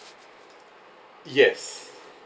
yes